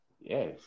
yes